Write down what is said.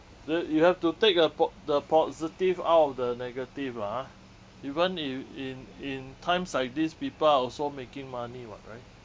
that you have to take a po~ the positive out of the negative lah ah even in in in times like this people are also making money [what] right